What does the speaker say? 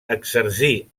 exercí